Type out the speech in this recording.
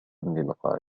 للغاية